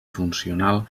funcional